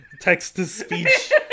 text-to-speech